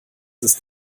ist